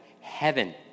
Heaven